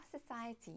society